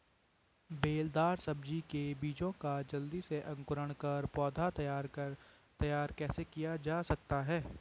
बेलदार सब्जी के बीजों का जल्दी से अंकुरण कर पौधा तैयार कैसे किया जा सकता है?